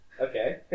okay